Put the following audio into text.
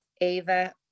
Ava